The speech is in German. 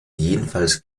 jedenfalls